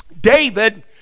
david